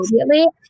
immediately